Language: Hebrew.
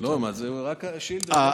לא, מה, רק השאילתות.